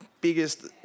biggest